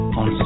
on